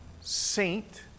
saint